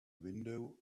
window